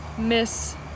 Miss